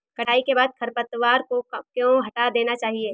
कटाई के बाद खरपतवार को क्यो हटा देना चाहिए?